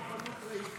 אדוני היושב-ראש,